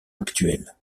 actuelle